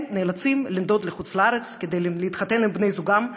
הם נאלצים לנדוד לחוץ לארץ כדי להתחתן עם בני זוגם,